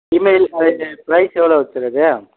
email அதுக்கு price எவ்வளவ் sir அது